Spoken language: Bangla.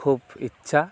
খুব ইচ্ছা